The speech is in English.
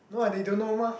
no ah they don't know mah